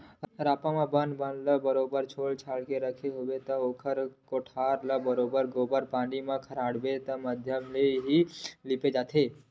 रापा म बन मन ल बरोबर छोल छाल के रखे बर होथे, ओखर बाद कोठार ल बरोबर गोबर पानी म खरेटा के माधियम ले ही लिपे जाथे